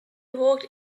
walked